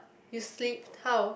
you slipped how